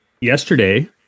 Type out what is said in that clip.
yesterday